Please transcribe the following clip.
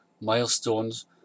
milestones